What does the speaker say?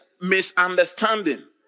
misunderstanding